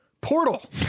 portal